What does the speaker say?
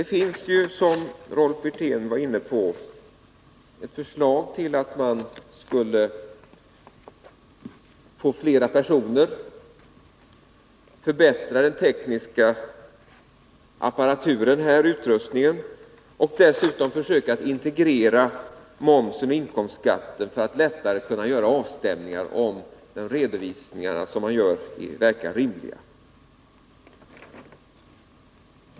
Det finns, som Rolf Wirtén var inne på, ett förslag att utöka personalen, förbättra den tekniska utrustningen och dessutom försöka integrera momsen och inkomstskatten för att lättare kunna göra avstämningar av om de gjorda redovisningarna verkar rimliga.